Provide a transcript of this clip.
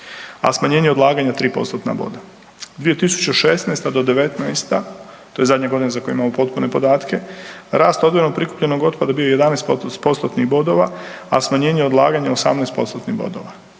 a smanjenje odlaganja 3%-tna boda. 2016.-2019., to je zadnja godina za koje imamo potpune podatke, rast odvojenog prikupljenog otpada bio je 11%-tnih bodova, a smanjenje odlaganja 18%-tnih bodova,